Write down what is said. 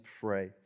pray